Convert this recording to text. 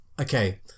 okay